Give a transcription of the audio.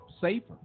safer